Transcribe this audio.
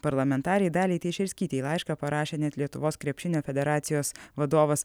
parlamentarei daliai teišerskytei laišką parašė net lietuvos krepšinio federacijos vadovas